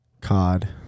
Cod